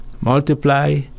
multiply